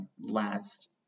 last